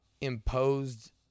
Imposed